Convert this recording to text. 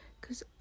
cause